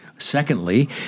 Secondly